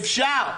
אפשר,